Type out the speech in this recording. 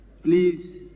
Please